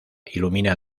ilumina